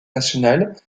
nationale